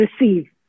receive